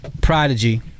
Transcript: Prodigy